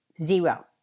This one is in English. zero